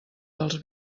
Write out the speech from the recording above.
dels